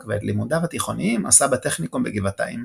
ואת לימודיו התיכוניים עשה בטכניקום בגבעתיים.